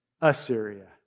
Assyria